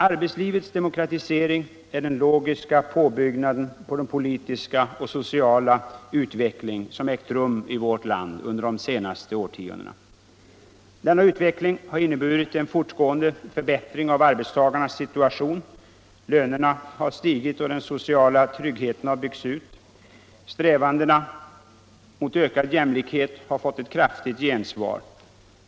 Arbetslivets demokratisering är den logiska påbyggnaden på den politiska och sociala utveckling som ägt rum i vårt land under de senaste årtiondena. Denna utveckling har inneburit en fortgående förbättring av arbetstagarnas situation. Lönerna har stigit och den sociala tryggheten byggts ut. Strävandena mot ökad jämlikhet har fått kraftigt gensvar.